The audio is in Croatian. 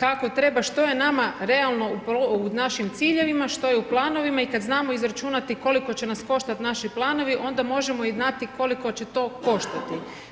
kako treba što je nama realno u našim ciljevima, što je u planovima i kada znamo izračunati koliko će nam koštati naši planovi, onda možemo i znati koliko će to koštati.